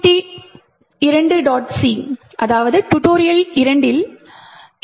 C tutorial 2 ஆகும்